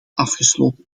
afgesloten